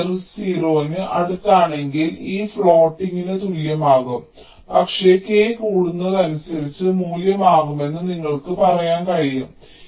ഈ k 0 ന് അടുത്താണെങ്കിൽ ഇര ഫ്ലോട്ടിംഗിന് തുല്യമാകും പക്ഷേ k കൂടുന്നതിനനുസരിച്ച് മൂല്യം മാറുമെന്ന് നിങ്ങൾക്ക് പറയാൻ കഴിയും